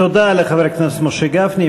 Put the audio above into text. תודה לחבר הכנסת משה גפני.